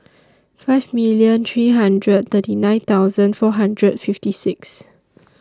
five million three hundred thirty nine thousand four hundred and fifty six